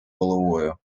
головою